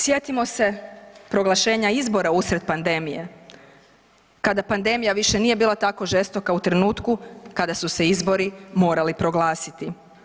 Sjetimo se proglašenja izbora usred pandemije kada pandemija više nije bila tako žestoka u trenutku kada su se izbori morali proglasiti.